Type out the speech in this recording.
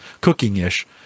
cooking-ish